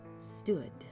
stood